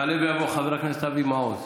יעלה ויבוא חבר הכנסת אבי מעוז.